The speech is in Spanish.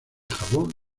jabón